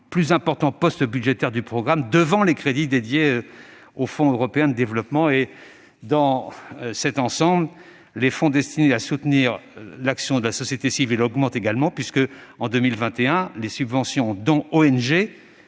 plus important poste budgétaire du programme, devant les crédits dédiés au FED. Dans cet ensemble, les fonds destinés à soutenir l'action de la société civile augmentent également : en 2021, les subventions dons-ONG